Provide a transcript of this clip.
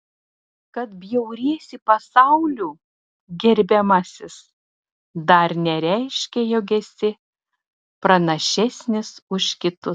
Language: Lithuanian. kad bjauriesi pasauliu gerbiamasis dar nereiškia jog esi pranašesnis už kitus